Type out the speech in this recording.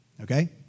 okay